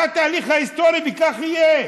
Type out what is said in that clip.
זה התהליך ההיסטורי וכך יהיה.